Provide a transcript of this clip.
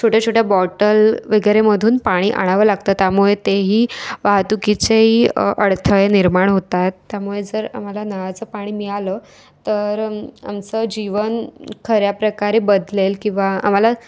छोट्या छोट्या बॉटल वगैरेमधून पाणी आणावं लागत त्यामुळे तेही वाहतुकीचेही अडथळे निर्माण होत आहेत त्यामुळे जर आम्हाला नळाचं पाणी मिळालं तर आमचं जीवन खऱ्या प्रकारे बदलेल किंवा आम्हाला